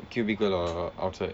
cubicle or outside